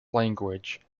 language